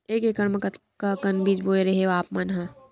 एक एकड़ म कतका अकन बीज बोए रेहे हँव आप मन ह?